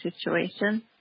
situation